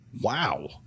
wow